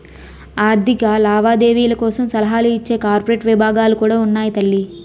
ఆర్థిక లావాదేవీల కోసం సలహాలు ఇచ్చే కార్పొరేట్ విభాగాలు కూడా ఉన్నాయి తల్లీ